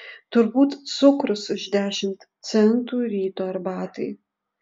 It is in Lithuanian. turbūt cukrus už dešimt centų ryto arbatai